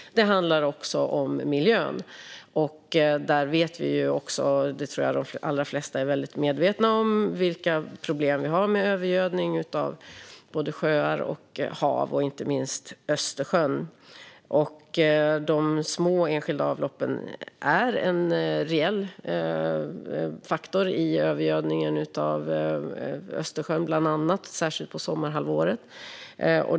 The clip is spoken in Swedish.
Det handlar också om miljön. Jag tror att de allra flesta är väldigt medvetna om vilka problem vi har med övergödning av både sjöar och hav, och inte minst Östersjön. De små enskilda avloppen är en reell faktor i övergödningen av Östersjön, särskilt på sommarhalvåret.